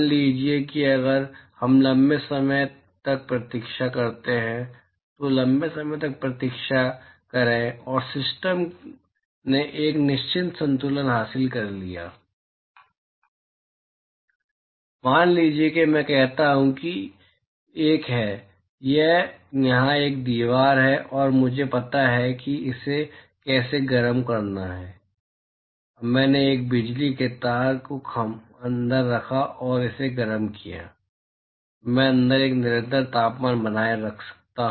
मान लीजिए कि अगर हम लंबे समय तक प्रतीक्षा करते हैं तो लंबे समय तक प्रतीक्षा करें और सिस्टम ने एक निश्चित संतुलन हासिल कर लिया है बाहरी एडिआबेटिक है मान लीजिए मैं कहता हूं कि एक है यह यहाँ एक दीवार है और मुझे पता है कि इसे कैसे गर्म करना है मैंने एक बिजली के तार को अंदर रखा और इसे गर्म किया मैं अंदर एक निरंतर तापमान बनाए रख सकता हूं